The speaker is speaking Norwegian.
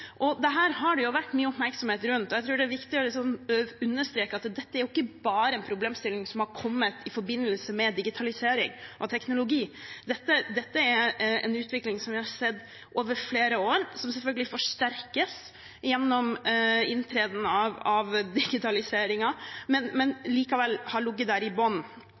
har det vært mye oppmerksomhet rundt, og jeg tror det er viktig å understreke at dette ikke bare er en problemstilling som har kommet i forbindelse med digitalisering og teknologi. Dette er en utvikling som vi har sett over flere år, som selvfølgelig forsterkes gjennom inntredenen av digitaliseringen, men som likevel har ligget der i